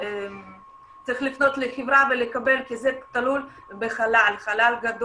צריך לפנות לחברה ולקבל כי זה תלוי בגודל החלל.